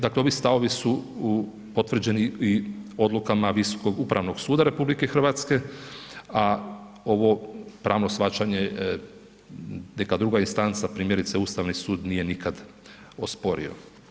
Dakle, ovi stavovi su potvrđeni i odlukama Visokog upravnog suda RH, a ovo pravno shvaćanje neka druga instanca, primjerice Ustavni sud nije nikad osporio.